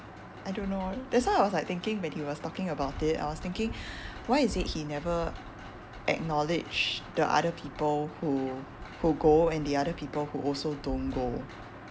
I don't know that's why I was like thinking when he was talking about it I was thinking why is it he never acknowledge the other people who who go and the other people who also don't go